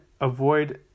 avoid